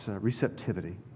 receptivity